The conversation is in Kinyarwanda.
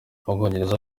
ubwongereza